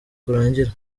kurangira